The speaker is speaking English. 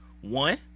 One